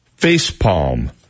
FacePalm